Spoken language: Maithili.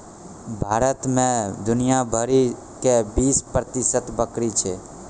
भारत मे दुनिया भरि के बीस प्रतिशत बकरी छै